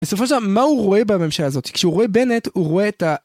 בסופו של דבר, מה הוא רואה בממשלה הזאת? כשהוא רואה בנט, הוא רואה את ה...